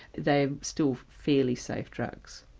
they are still fairly safe drugs.